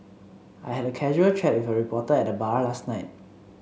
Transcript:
I had a casual chat with a reporter at the bar last night